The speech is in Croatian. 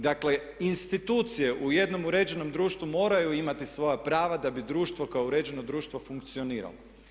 Dakle, institucije u jednom uređenom društvu moraju imati svoja prava da bi društvo kao uređeno društvo funkcioniralo.